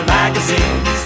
magazines